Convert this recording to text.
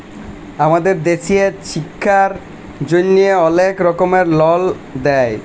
আমাদের দ্যাশে ছিক্ষার জ্যনহে অলেক রকমের লল দেয়